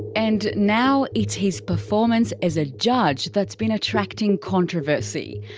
and now, it's his performance as a judge that's been attracting controversy.